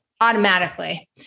automatically